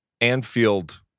Anfield